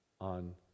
on